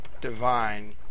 divine